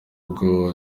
ubwo